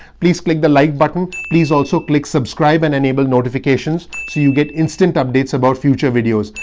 please click the like button. please also click subscribe and enable notifications so you get instant updates about future videos.